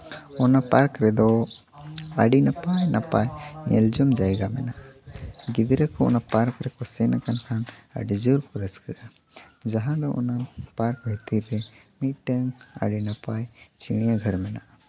ᱚᱱᱟ ᱯᱟᱨᱠ ᱨᱮᱫᱚ ᱟᱹᱰᱤ ᱱᱟᱯᱟᱭ ᱱᱟᱯᱟᱭ ᱧᱮᱞ ᱡᱚᱝ ᱡᱟᱭᱜᱟ ᱢᱮᱱᱟᱜᱼᱟ ᱜᱤᱫᱽᱨᱟᱹ ᱠᱚ ᱚᱱᱟ ᱯᱟᱨᱠ ᱨᱮᱠᱚ ᱥᱮᱱ ᱟᱠᱟᱱ ᱠᱷᱟᱱ ᱟᱹᱰᱤ ᱡᱳᱨ ᱠᱚ ᱨᱟᱹᱥᱠᱟᱹᱜᱼᱟ ᱡᱟᱦᱟᱸ ᱫᱚ ᱚᱱᱟ ᱯᱟᱨᱠ ᱵᱷᱤᱛᱤᱨ ᱨᱮ ᱢᱤᱫᱴᱟᱹᱝ ᱟᱹᱰᱤ ᱱᱟᱯᱟᱭ ᱪᱤᱬᱭᱟᱹ ᱜᱷᱚᱨ ᱢᱮᱱᱟᱜᱼᱟ